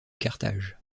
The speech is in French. carthage